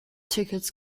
tickets